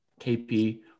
KP